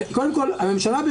ואם הוא רוצה לקבל את ההחלטה בעצמו